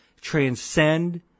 Transcend